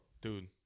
Dude